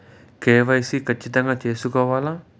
KYC ఖచ్చితంగా సేసుకోవాలా